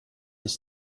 ist